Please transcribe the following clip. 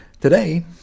Today